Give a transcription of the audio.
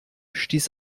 stieß